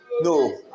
No